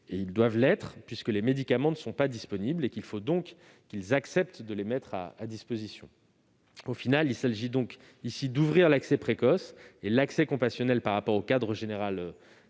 ils doivent l'être. Les médicaments n'étant pas disponibles, il faut qu'ils acceptent de les mettre à disposition. Il s'agit donc d'ouvrir l'accès précoce et l'accès compassionnel par rapport au cadre général